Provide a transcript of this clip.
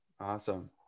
awesome